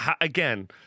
again